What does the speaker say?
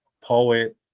poet